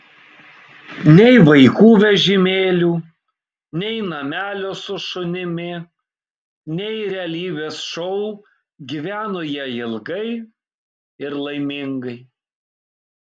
nei vaikų vežimėlių nei namelio su šunimi nei realybės šou gyveno jie ilgai ir laimingai